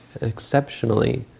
exceptionally